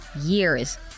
years